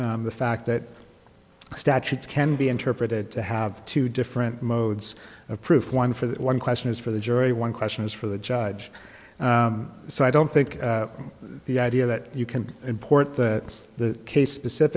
the fact that statutes can be interpreted to have two different modes of proof one for that one question is for the jury one question is for the judge so i don't think the idea that you can import the the case t